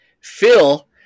Phil